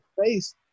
face